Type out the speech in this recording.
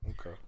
Okay